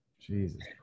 Jesus